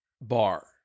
bar